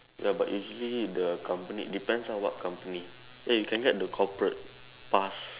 ya but usually the company depends ah what company eh you can get the corporate pass